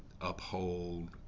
uphold